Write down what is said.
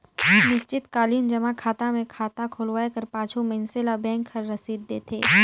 निस्चित कालीन जमा खाता मे खाता खोलवाए कर पाछू मइनसे ल बेंक हर रसीद देथे